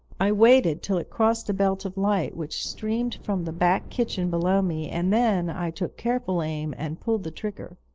i waited till it crossed a belt of light which streamed from the back kitchen below me, and then i took careful aim and pulled the trigger.